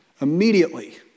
immediately